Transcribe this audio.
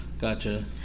gotcha